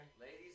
Ladies